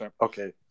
Okay